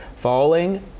Falling